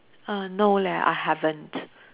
err no leh I haven't